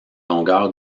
longueur